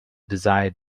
desired